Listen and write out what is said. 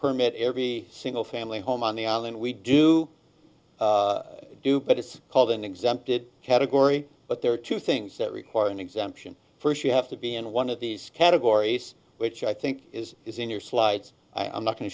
permit every single family home on the island we do do but it's called an exempted category but there are two things that require an exemption first you have to be in one of these categories which i think is is in your slides i am not go